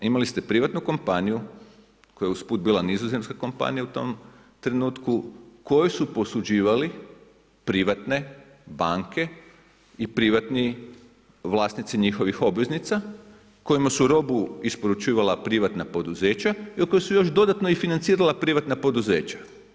Imali ste privatnu kompaniju koja je usput bila nizozemska kompanija u tom trenutku, koju su posuđivali privatne banke i privatni vlasnici njihovih obveznica, kojima su robu isporučivala privatna poduzeća i od koje su još dodatno financirala privatna poduzeća.